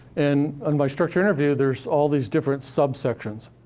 and in my structured interview, there's all these different sub-sections.